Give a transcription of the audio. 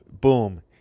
boom